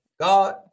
God